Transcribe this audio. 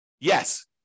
Yes